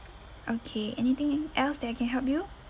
okay anything else that I can help you